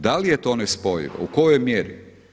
Da li je to nespojivo, u kojoj mjeri.